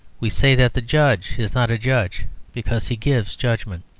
we say that the judge is not a judge because he gives judgment.